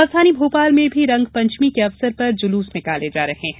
राजधानी भोपाल में भी रंगपंचमी के अवसर पर जुलूस निकाले जा रहे हैं